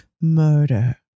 murder